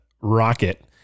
rocket